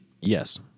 Yes